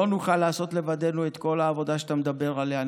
לא נוכל לעשות לבדנו את כל העבודה שאתה מדבר עליה.